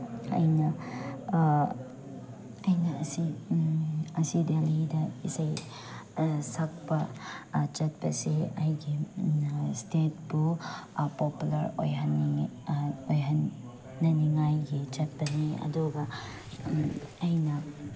ꯑꯩꯅ ꯑꯩꯅ ꯑꯁꯤ ꯑꯁꯤ ꯗꯦꯜꯂꯤꯗ ꯏꯁꯩ ꯁꯛꯄ ꯆꯠꯄꯁꯦ ꯑꯩꯒꯤ ꯁ꯭ꯇꯦꯠꯄꯨ ꯄꯣꯄꯨꯂꯔ ꯑꯣꯏꯍꯟꯅꯤꯡꯉꯦ ꯑꯣꯏꯍꯟꯅꯅꯤꯉꯥꯏꯒꯤ ꯆꯠꯄꯅꯤ ꯑꯗꯨꯒ ꯑꯩꯅ